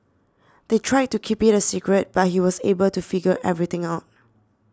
they tried to keep it a secret but he was able to figure everything out